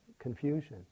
confusion